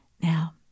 Now